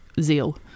zeal